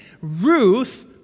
Ruth